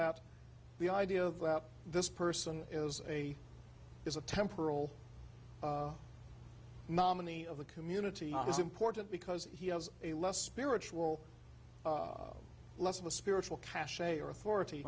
that the idea that this person is a is a temporal nominee of the community is important because he has a less spiritual less of a spiritual cachet or authority